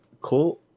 Cool